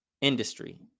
industry